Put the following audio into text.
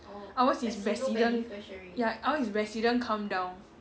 ours is resident ya ours is resident come down